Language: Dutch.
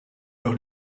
nog